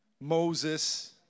Moses